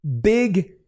big